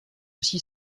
aussi